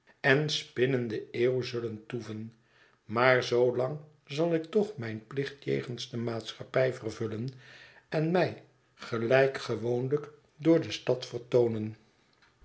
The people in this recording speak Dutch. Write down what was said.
en spinnende eeuw zullen toeven maar zoolang zal ik toch mijn plicht jegens de maatschappij vervullen en mij gelijk gewoonlijk door de stad